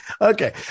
Okay